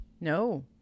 No